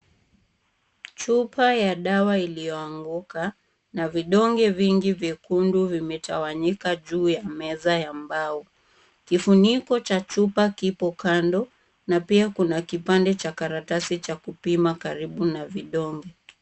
Chupa ya dawa iliyoanguka na vidonge vingi vyekundu vimetawanyika juu ya meza ya mbao. Kifuniko cha chupa kipo kando na pia kuna kipande cha karatasi ya kupima karibu na vidonge.